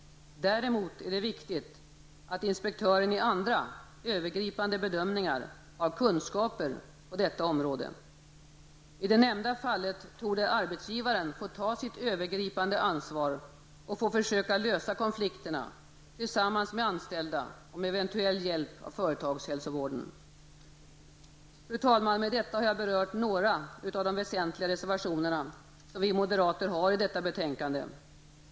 Däremot är det viktigt att inspektören i andra, övergripande bedömningar har kunskaper på detta område. I det nämnda fallet torde arbetsgivaren få ta sitt övergripande ansvar och försöka lösa konflikterna tillsammans med anställda och med eventuell hjälp av företagshälsovården. Fru talman! Med detta har jag berört några av de väsentliga reservationerna, som vi moderater har i detta betänkande.